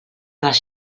les